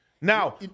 Now